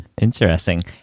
Interesting